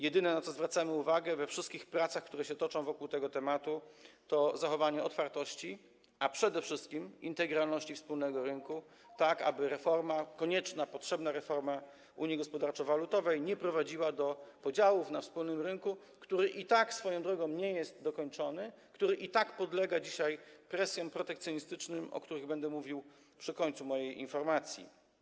Jedyne, na co zwracamy uwagę we wszystkich pracach, które się toczą wokół tego tematu, to zachowanie otwartości, a przede wszystkim integralności wspólnego rynku, aby konieczna, potrzebna reforma unii gospodarczo-walutowej nie prowadziła do podziałów na wspólnym rynku, który i tak, swoją drogą, nie jest dokończony, który i tak podlega dzisiaj presjom protekcjonistycznym, o których będę mówił na końcu mojej informacji.